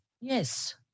Yes